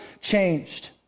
changed